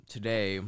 Today